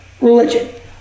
religion